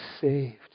saved